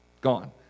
gone